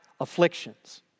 afflictions